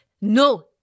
No